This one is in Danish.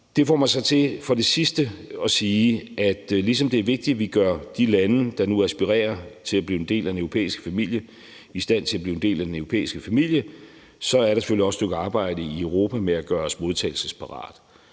Det får mig så til for det sidste at sige, at ligesom det er vigtigt, at vi gør de lande, der nu aspirerer til at blive en del af den europæiske familie, i stand til at blive en del af den europæiske familie, så er der selvfølgelig også et stykke arbejde i Europa med at gøre os modtagelsesparate.